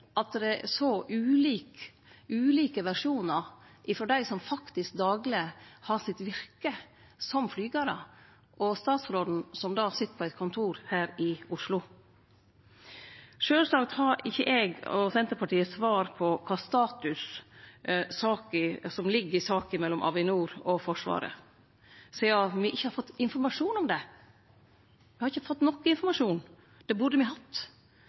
at det er så ulike versjonar frå dei som faktisk dagleg har sitt virke som flygarar, og frå statsråden, som sit på eit kontor her i Oslo. Sjølvsagt har ikkje eg og Senterpartiet svar på status i saka mellom Avinor og Forsvaret sidan me ikkje har fått informasjon om det. Me har ikkje fått noko informasjon. Det burde me hatt.